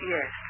Yes